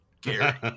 Gary